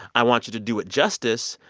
i want you to do it justice,